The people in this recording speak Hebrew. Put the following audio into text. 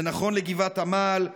זה נכון לגבעת עמל,